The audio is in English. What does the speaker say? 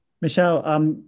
Michelle